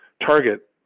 target